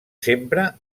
sempre